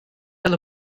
fel